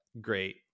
great